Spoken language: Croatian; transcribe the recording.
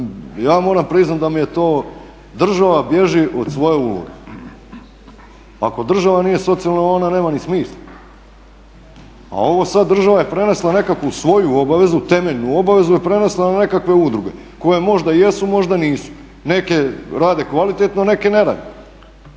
vam moram priznati da mi je to, država bježi od svoje uloge. Ako država nije socijalna ona nema ni smisla. A ovo sad država je prenijela nekakvu svoju obavezu, temeljnu obavezu je prenijela na nekakve udruge koje možda jesu, možda nisu. Neke rade kvalitetno, neke ne rade.